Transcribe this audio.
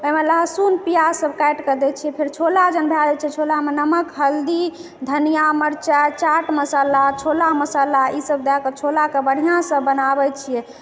ओहिमे लहसुन प्याज सब काटिकऽ दै छियै फेर छोला जहन भए जाइ छियै तऽ छोलामे नमक हल्दी धनिया मरचाइ चाट मसाला छोला मसाला ई सब दऽ कऽ छोलाके बढ़िआँ सँ बनाबै छियै